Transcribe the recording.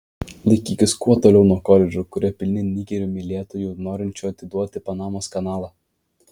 laikykis kuo toliau nuo koledžų kurie pilni nigerių mylėtojų norinčių atiduoti panamos kanalą